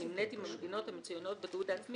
הנמנית עם המדינות המצוינות בתיעוד העצמי